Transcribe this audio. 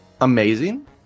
amazing